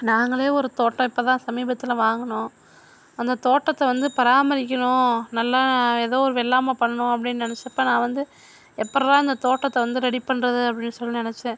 நாங்களே ஒரு தோட்டம் இப்போ தான் சமீபத்தில் வாங்கினோம் அந்த தோட்டத்தை வந்து பராமரிக்கணும் நல்லா ஏதோ ஒரு வெள்ளாம பண்ணணும் நினைச்சப்ப நான் வந்து எப்புட்டா இந்த தோட்டத்தை வந்து ரெடி பண்ணுறது அப்படினு சொல்லி நினைச்சேன்